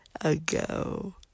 ago